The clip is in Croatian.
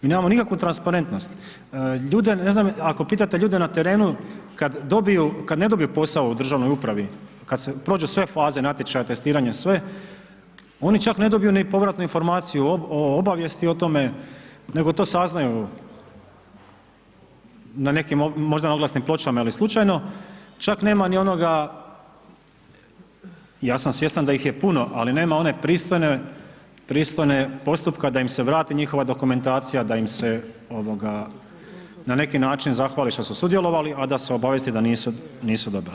Mi nemamo nikakvu transparentnost, ljude ne znam, ako pitate ljude na terenu kad dobiju, kad ne dobiju posao u državnoj upravi, kad se prođu sve faze, natječaja testiranja, sve oni čak ne dobiju ni povratnu informaciju o obavijesti o tome nego to saznaju na nekim možda oglasnim pločama ili slučajno, čak nema ni onoga, ja sam svjestan da ih je puno, ali nema one pristojne, pristojne postupka da im se vrati njihova dokumentacija, da im se ovoga na neki način zahvali što su sudjelovali, a da se obavijeste da nisu dobili.